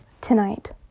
tonight